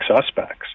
suspects